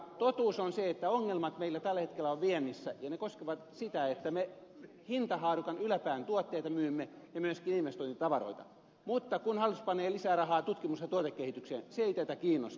totuus on se että ongelmat meillä tällä hetkellä ovat viennissä ja ne koskevat sitä että me myymme hintahaarukan yläpään tuotteita ja myöskin investointitavaroita mutta kun hallitus panee lisää rahaa tutkimus ja tuotekehitykseen se ei teitä kiinnosta